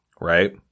right